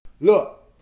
Look